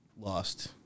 lost